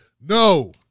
no